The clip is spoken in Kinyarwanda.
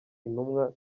intumwa